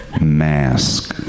Mask